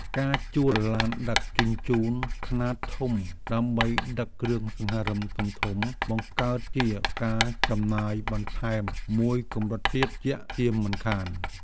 ការជួលឡានដឹកជញ្ជូនខ្នាតធំដើម្បីដឹកគ្រឿងសង្ហារិមធំៗបង្កើតជាការចំណាយបន្ថែមមួយកម្រិតទៀតជាក់ជាមិនខាន។